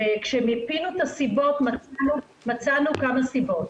כשמיפינו את הסיבות מצאנו כמה סיבות.